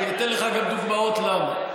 אתן לך גם דוגמאות למה.